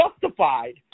justified